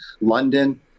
London